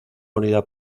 unidad